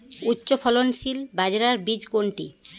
উচ্চফলনশীল বাজরার বীজ কোনটি?